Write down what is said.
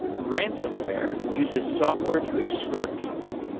ransomware uses software to extort people.